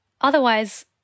otherwise